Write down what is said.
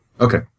Okay